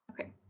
okay